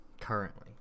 currently